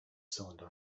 cylinder